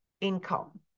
income